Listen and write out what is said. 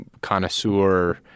connoisseur